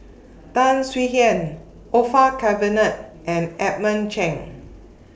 Tan Swie Hian Orfeur Cavenagh and Edmund Cheng